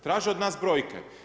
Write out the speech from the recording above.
Traže od nas brojke.